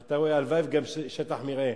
אתה רואה, הלוואי שגם שטח מרעה.